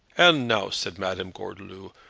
and now, said madame gordeloup,